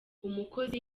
umukozi